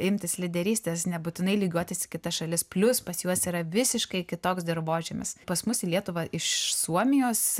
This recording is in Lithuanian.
imtis lyderystės nebūtinai lygiuotis į kitas šalis plius pas juos yra visiškai kitoks dirvožemis pas mus į lietuvą iš suomijos